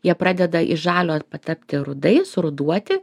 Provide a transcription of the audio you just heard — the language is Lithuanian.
jie pradeda iš žalio patapti rudai surūduoti